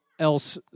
else